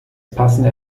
passende